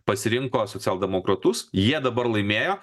pasirinko socialdemokratus jie dabar laimėjo